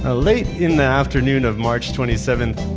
ah late in the afternoon of march twenty seventh,